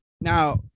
Now